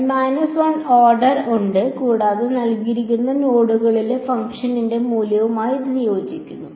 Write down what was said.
അതിനാൽ ഇതിന് N 1 order ഉണ്ട് കൂടാതെ നൽകിയിരിക്കുന്ന നോഡുകളിലെ ഫംഗ്ഷന്റെ മൂല്യവുമായി ഇത് യോജിക്കുന്നു